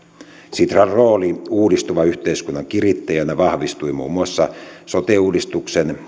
sitran rooli uudistuvan yhteiskunnan kirittäjänä vahvistui muun muassa sote uudistuksen